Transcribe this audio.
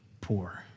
poor